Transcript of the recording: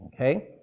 Okay